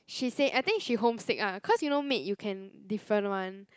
she say I think she home sick ah cause you know maid you can different [one]